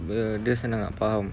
dia senang nak faham